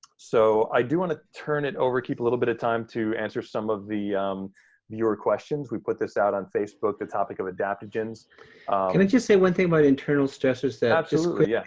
so i do wanna turn it over, keep a little bit of time to answer some of the viewer questions. we put this out on facebook, the topic of adaptogens. can i just say one thing about internal stressors? absolutely, yeah